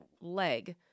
leg